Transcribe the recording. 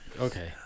Okay